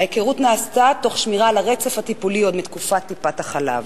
ההיכרות נעשתה תוך שמירה על הרצף הטיפולי עוד מתקופת טיפת-חלב.